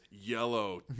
yellow